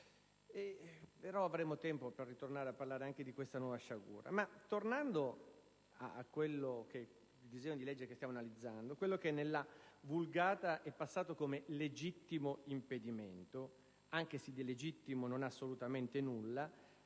se avremo tempo per tornare a parlare anche di questa nuova sciagura. Tornando al disegno di legge al nostro esame, nella *vulgata* è passato come legittimo impedimento, anche se di legittimo non ha assolutamente nulla,